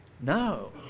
No